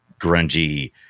grungy